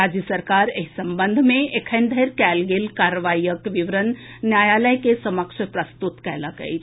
राज्य सरकार एहि संबंध मे एखन धरि कयल गेल कार्रवाईक विवरण न्यायालय के समक्ष प्रस्तुत कयलक अछि